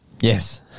Yes